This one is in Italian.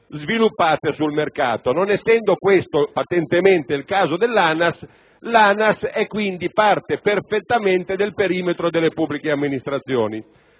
sviluppate sul mercato. Non essendo questo patentemente il caso dell'ANAS, quest'ultima è quindi perfettamente parte del perimetro delle pubbliche amministrazioni.